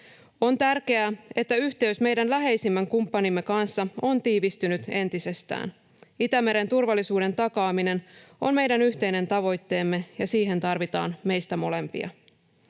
On tärkeää, että yhteys meidän läheisimmän kumppanimme kanssa on tiivistynyt entisestään. Itämeren turvallisuuden takaaminen on meidän yhteinen tavoitteemme, ja siihen tarvitaan meistä molempia.